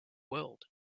world